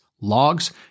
logs